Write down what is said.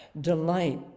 Delight